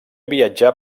viatjar